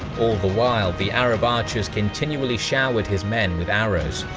all the while, the arab archers continuously showered his men with arrows.